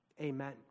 Amen